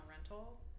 rental